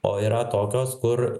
o yra tokios kur